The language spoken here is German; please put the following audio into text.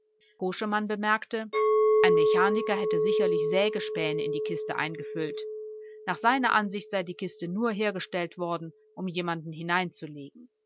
zu koschemann bemerkte ein mechaniker hätte sicherlich sägespäne in die kiste eingefüllt nach seiner ansicht sei die kiste nur hergestellt worden um jemanden hineinzulegen